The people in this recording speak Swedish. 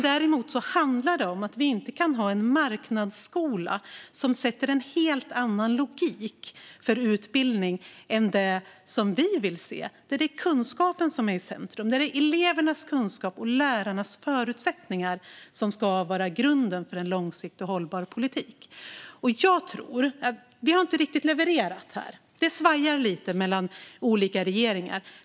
Däremot handlar det om att vi inte kan ha en marknadsskola som sätter en helt annan logik för utbildning än den som vi vill se, där det är kunskapen som är i centrum - där det är elevernas kunskap och lärarnas förutsättningar som ska vara grunden för en långsiktig och hållbar politik. Vi har inte riktigt levererat här. Det svajar lite grann mellan olika regeringar.